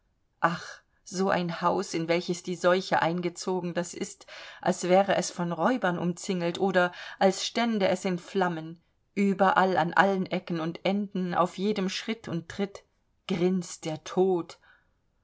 ach so ein haus in welches die seuche eingezogen das ist als wäre es von räubern umzingelt oder als stände es in flammen überall an allen ecken und enden auf jedem schritt und tritt grinst der tod